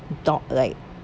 doubt~ like